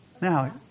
now